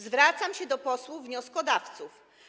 Zwracam się do posłów wnioskodawców.